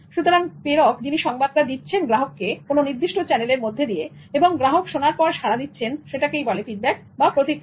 সুতরাং প্রেরক যিনি সংবাদটা দিচ্ছেন গ্রাহককে কোনো নির্দিষ্ট চ্যানেলের মধ্যে দিয়ে এবং গ্রাহক শোনার পর সাড়া দিচ্ছেন সেটাকেই বলে ফিডব্যাক বা প্রতিক্রিয়া